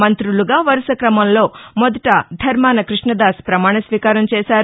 మంతులుగా వరుస క్రమంలో మొదట ధర్మాన క్బష్ణదాస్ ప్రమాణస్వీకారం చేశారు